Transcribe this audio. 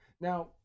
Now